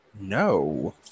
No